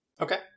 Okay